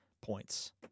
points